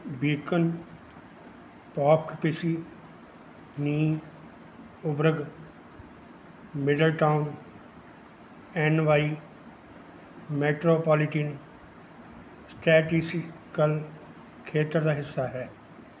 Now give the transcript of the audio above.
beacon Poughkeepsie Newburgh Middletown N Y metropolitan statistical ਖੇਤਰ ਦਾ ਹਿੱਸਾ ਹੈ